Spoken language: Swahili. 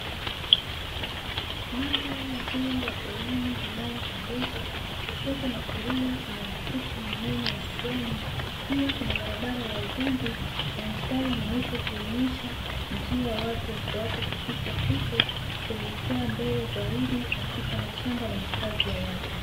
Mandhari nzuri ya porini inayopendeza. Kushoto na kulia kuna misitu minene ya kijani, pia kuna barabara ya vumbi na mstari mweupe, ukionyesha njia watu wafuate kupita huko, kuelekea mbele zaidi katika mashamba na makazi ya watu.